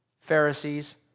Pharisees